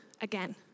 again